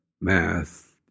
math